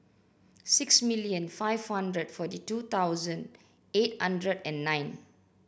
six million five hundred forty two thousand eight hundred and nine